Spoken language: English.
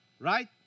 right